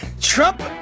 Trump